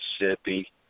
Mississippi